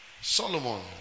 Solomon